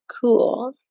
cool